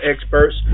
experts